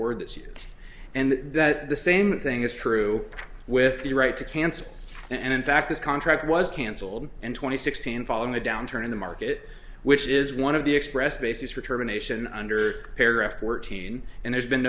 words and that the same thing is true with the right to cancel and in fact this contract was cancelled and twenty sixteen following the downturn in the market which is one of the expressed basis for termination under paragraph fourteen and there's been